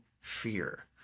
fear